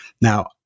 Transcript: Now